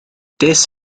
des